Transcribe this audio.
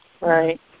Right